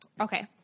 Okay